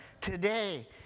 today